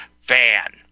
fan